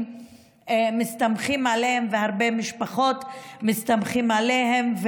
מסתמכים עליהם והרבה משפחות מסתמכות עליהם.